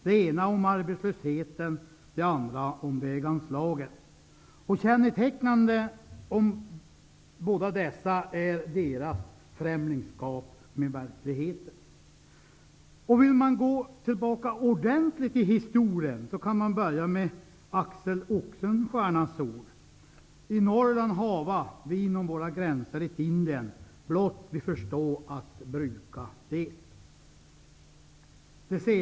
Det ena gäller arbetslösheten, och det andra gäller väganslaget. Kännetecknande för dessa båda personer är deras främlingskap gentemot verkligheten. Vill man gå tillbaka ordentligt i historien kan man börja med Axel Oxenstiernas ord ''I Norrland hava vi inom våra gränser ett Indien blott vi förstå att bruka det''.